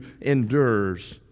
endures